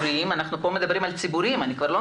אנחנו כבר לא מדברים על בתי חולים פרטיים.